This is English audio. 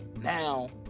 now